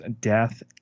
death